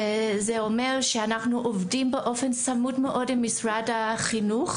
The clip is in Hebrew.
זה אומר שאנחנו עובדים באופן צמוד מאוד עם משרד החינוך,